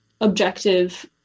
objective